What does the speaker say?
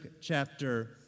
chapter